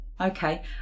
Okay